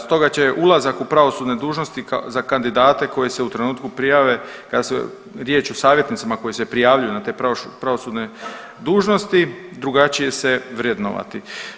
Stoga će ulazak u pravosudne dužnosnika za kandidate koji se u trenutku prijave kada se, riječ je o savjetnicima koji se prijavljuju na te pravosudne dužnosti drugačije se vrednovati.